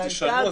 אז תשנו.